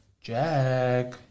Jack